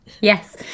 yes